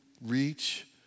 reach